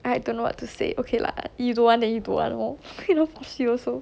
I don't know what to say okay lah you don't want then you don't want lor no one force you also